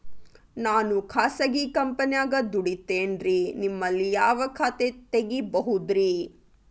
ನಾನು ಖಾಸಗಿ ಕಂಪನ್ಯಾಗ ದುಡಿತೇನ್ರಿ, ನಿಮ್ಮಲ್ಲಿ ಯಾವ ಖಾತೆ ತೆಗಿಬಹುದ್ರಿ?